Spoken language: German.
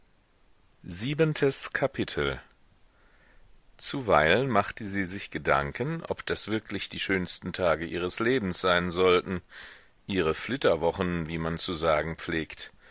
siebentes kapitel zuweilen machte sie sich gedanken ob das wirklich die schönsten tage ihres lebens sein sollten ihre flitterwochen wie man zu sagen pflegt